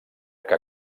que